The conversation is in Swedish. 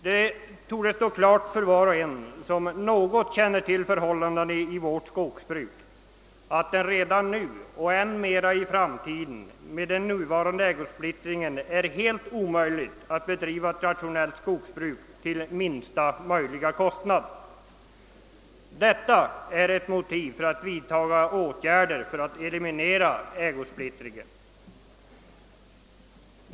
Det torde stå klart för var och en som något känner till förhållandena inom vårt skogsbruk att det redan nu och ännu mer i framtiden är helt omöjligt att bedriva ett rationellt skogsbruk till minsta möjliga kostnad med den nuvarande ägosplittringen. Detta är ett motiv för vidtagandet av åtgärder att eliminera ägosplittringen.